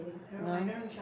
ah